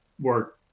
work